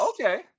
okay